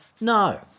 No